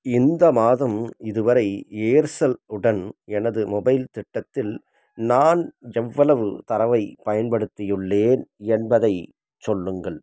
இந்த மாதம் இதுவரை ஏர்செல் உடன் எனது மொபைல் திட்டத்தில் நான் எவ்வளவு தரவைப் பயன்படுத்தியுள்ளேன் என்பதைச் சொல்லுங்கள்